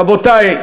רבותי,